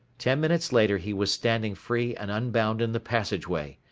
ten minutes later he was standing free and unbound in the passageway.